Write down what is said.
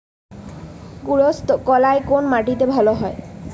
কুলত্থ কলাই কোন মাটিতে ভালো হয়?